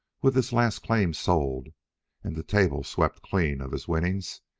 with his last claim sold and the table swept clean of his winnings,